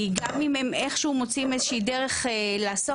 כי גם אם הם איכשהו מוצאים איזושהי דרך לעסוק